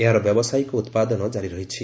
ଏହାର ବ୍ୟବସାୟୀକ ଉତ୍ପାଦନ ଜାରି ରହିଛି